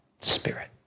spirit